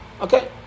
okay